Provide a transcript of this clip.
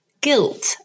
guilt